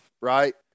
right